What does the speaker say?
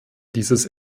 dieses